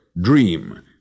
dream